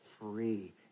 free